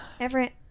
Everett